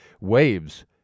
Waves